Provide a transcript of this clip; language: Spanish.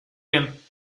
bien